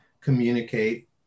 communicate